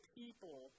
people